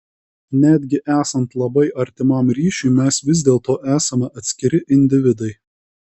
netgi esant labai artimam ryšiui mes vis dėlto esame atskiri individai